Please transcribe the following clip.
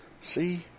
See